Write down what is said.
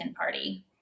party